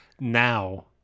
Now